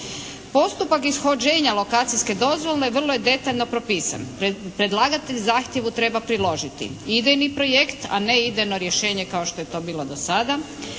Postupak ishođenja lokacijske dozvole vrlo je detaljno propisan. Predlagatelj zahtjevu treba priložiti idejni projekt, a ne idejno rješenje kao što je to bilo do sada.